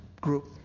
group